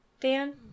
dan